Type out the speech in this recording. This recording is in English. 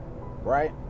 right